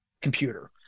computer